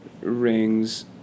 rings